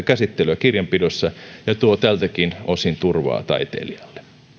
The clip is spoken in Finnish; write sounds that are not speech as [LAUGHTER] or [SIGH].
[UNINTELLIGIBLE] käsittelyä kirjanpidossa ja tuo tältäkin osin turvaa taiteilijalle